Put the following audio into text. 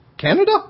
Canada